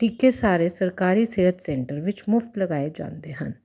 ਟੀਕੇ ਸਾਰੇ ਸਰਕਾਰੀ ਸਿਹਤ ਸੈਂਟਰ ਵਿੱਚ ਮੁਫਤ ਲਗਾਏ ਜਾਂਦੇ ਹਨ